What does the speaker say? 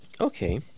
Okay